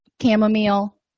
chamomile